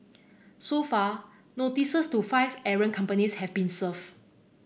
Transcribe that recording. so far notices to five errant companies have been served